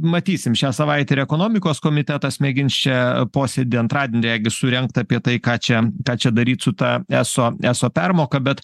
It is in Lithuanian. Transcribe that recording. matysim šią savaitę ir ekonomikos komitetas mėgins čia posėdį antradienį regis surengt apie tai ką čia ką daryt su ta eso eso permoka bet